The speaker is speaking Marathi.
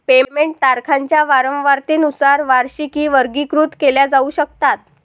पेमेंट तारखांच्या वारंवारतेनुसार वार्षिकी वर्गीकृत केल्या जाऊ शकतात